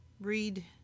read